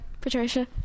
Patricia